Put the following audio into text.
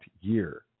year